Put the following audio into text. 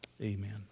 Amen